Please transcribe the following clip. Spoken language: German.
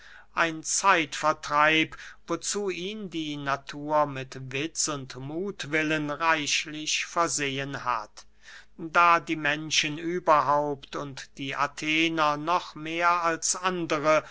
ein zeitvertreib wozu ihn die natur mit witz und muthwillen reichlich versehen hat da die menschen überhaupt und die athener noch mehr als andere